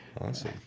Awesome